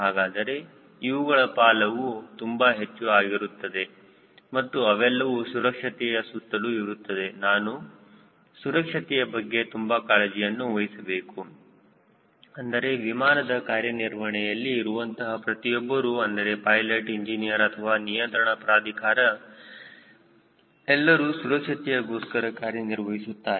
ಹಾಗಾದರೆ ಇವುಗಳ ಪಾಲವು ತುಂಬಾ ಹೆಚ್ಚು ಆಗಿರುತ್ತದೆ ಮತ್ತು ಅವೆಲ್ಲವೂ ಸುರಕ್ಷತೆಯ ಸುತ್ತಲೂ ಇರುತ್ತದೆ ನಾವು ಸುರಕ್ಷತೆಯ ಬಗ್ಗೆ ತುಂಬಾ ಕಾಳಜಿಯನ್ನು ವಹಿಸಬೇಕು ಅಂದರೆ ವಿಮಾನದ ಕಾರ್ಯನಿರ್ವಹಣೆಯಲ್ಲಿ ಇರುವಂತಹ ಪ್ರತಿಯೊಬ್ಬರು ಅಂದರೆ ಪೈಲೆಟ್ಇಂಜಿನಿಯರ್ ಅಥವಾ ನಿಯಂತ್ರಣ ಪ್ರಾಧಿಕಾರ ಎಲ್ಲರೂ ಸುರಕ್ಷತೆಯ ಗೋಸ್ಕರ ಕಾರ್ಯನಿರ್ವಹಿಸುತ್ತಾರೆ